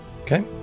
Okay